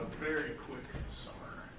very quick summer,